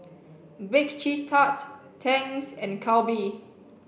Bake Cheese Tart Tangs and Calbee